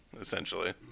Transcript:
essentially